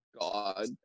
God